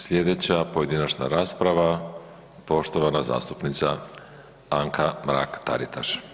Sljedeća pojedinačna rasprava, poštovana zastupnica Anka Mrak-Taritaš.